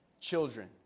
children